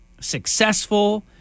Successful